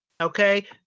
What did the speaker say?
okay